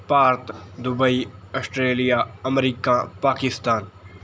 Bharat Dubai Australia America Pakistan